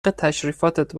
تشریفاتت